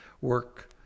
work